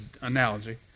analogy